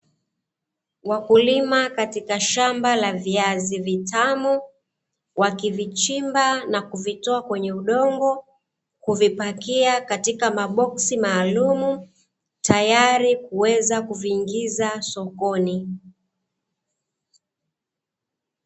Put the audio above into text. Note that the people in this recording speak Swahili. Wakulima katika shamba la viazi vitamu, wakivichimba na kuvitoa kwenye udongo, kuvipakia na kuweka katika maboksi maalumu, tayari kuweza kuviingiza sokoni.